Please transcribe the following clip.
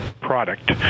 product